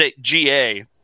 ga